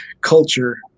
culture